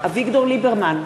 אביגדור ליברמן,